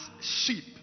sheep